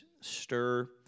stir